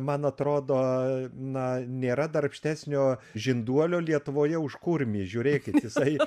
man atrodo na nėra darbštesnio žinduolio lietuvoje už kurmį žiūrėkit jisai